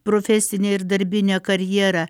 profesinę ir darbinę karjerą